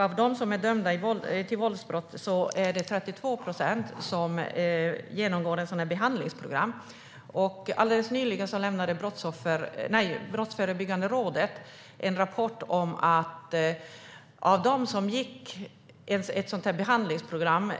Av dem som är dömda för våldsbrott genomgår 32 procent ett behandlingsprogram. Alldeles nyligen lämnade Brottsförebyggande rådet en rapport om att hälften av dem som gick behandlingsprogrammet